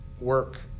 work